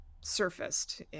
surfaced